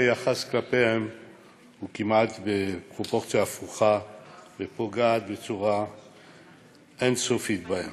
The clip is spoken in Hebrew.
היחס כלפיהם הוא כמעט בפרופורציה הפוכה ופוגע בצורה אין-סופית בהם.